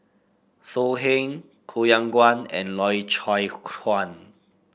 So Heng Koh Yong Guan and Loy Chye Chuan